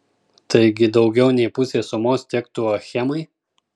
taigi daugiau nei pusė sumos tektų achemai